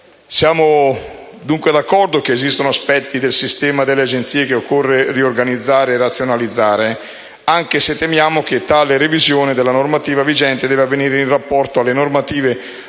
Siamo dunque d'accordo che esistono aspetti del Sistema delle Agenzie che occorre riorganizzare e razionalizzare, anche se temiamo che la revisione della normativa vigente debba avvenire in rapporto alle normative regionali